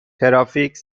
ترافیک